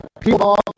People